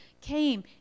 came